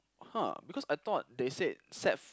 !huh! because I thought they said set